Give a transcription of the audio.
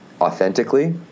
authentically